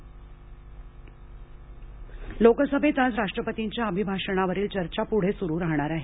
संसद चर्चा लोकसभेत आज राष्ट्रपतींच्या अभिभाषणावरील चर्चा पुढे सुरू राहणार आहे